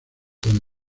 don